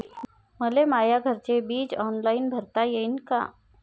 मले माया घरचे विज बिल ऑनलाईन भरता येईन का?